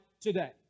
today